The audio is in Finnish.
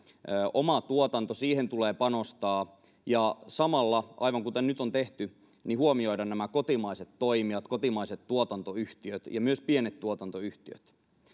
omaan tuotantoon tulee panostaa ja samalla aivan kuten nyt on tehty huomioida nämä kotimaiset toimijat kotimaiset tuotantoyhtiöt ja myös pienet tuotantoyhtiöt